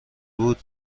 بود